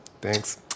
Thanks